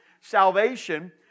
salvation